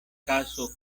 caso